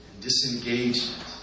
disengagement